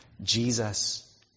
Jesus